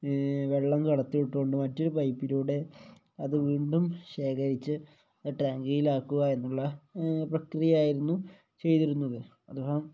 വെള്ളം കടത്തി വിട്ടുകോണ്ട് മറ്റൊരു പൈപ്പിലൂടെ അത് വീണ്ടും ശേഖരിച്ച് അത് ടാങ്കിയിൽ ആക്കുക എന്നുള്ള പ്രക്രിയായിരുന്നു ചെയ്തിരുന്നത്